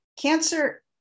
Cancer